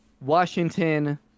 Washington